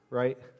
right